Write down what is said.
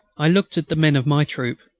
i looked at the men of my troop,